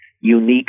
unique